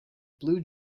blue